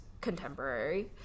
contemporary